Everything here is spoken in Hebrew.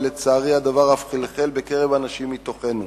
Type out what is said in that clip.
ולצערי הדבר אף חלחל בקרב אנשים מתוכנו,